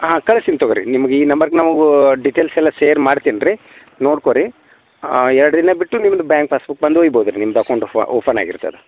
ಹಾಂ ಕಳ್ಸ್ತೀನಿ ತೊಗೋರಿ ನಿಮ್ಗೆ ಈ ನಂಬರ್ ನಾವು ಡಿಟೇಲ್ಸೆಲ್ಲ ಶೇರ್ ಮಾಡ್ತೇನ್ರೀ ನೋಡ್ಕೊಳಿ ಎರಡು ದಿನ ಬಿಟ್ಟು ನಿಮ್ದು ಬ್ಯಾಂಕ್ ಪಾಸ್ಬುಕ್ ಬಂದು ಒಯ್ಬೋದು ರೀ ನಿಮ್ದು ಅಕೌಂಟು ಓಪನ್ನಾಗಿರ್ತದೆ